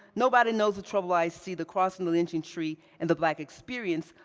nobody knows the trouble i see the cross and the lynching tree and the black experience,